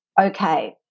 okay